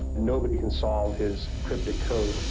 nobody can solve his cryptic code.